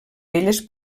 elles